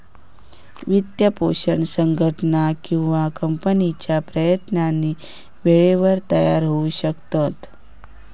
वित्तपोषण संघटन किंवा कंपनीच्या प्रयत्नांनी वेळेवर तयार होऊ शकता